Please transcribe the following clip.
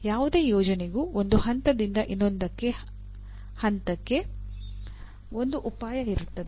ಯಾವುದೇ ಯೋಜನೆಗೂ ಒಂದು ಹಂತದಿಂದ ಇನ್ನೊಂದಕ್ಕೆ ಹಂತಕ್ಕೆ ಒಂದು ಉಪಾಯ ಇರುತ್ತದೆ